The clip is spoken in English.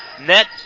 net